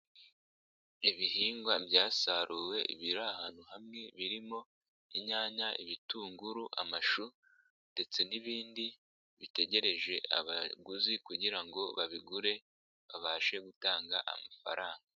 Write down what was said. Ibihingwa byasaruwe biri ahantu hamwe birimo inyanya, ibitunguru, amashu ndetse n'ibindi bitegereje abaguzi kugira ngo babigure babashe gutanga amafaranga.